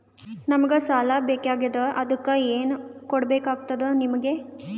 ನಮಗ ಸಾಲ ಬೇಕಾಗ್ಯದ ಅದಕ್ಕ ಏನು ಕೊಡಬೇಕಾಗ್ತದ ನಿಮಗೆ?